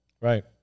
Right